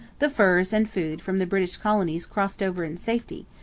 the furs and food from the british colonies crossed over in safety,